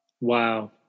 Wow